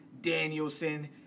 Danielson